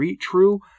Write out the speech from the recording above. true